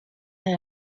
they